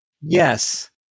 Yes